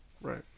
Right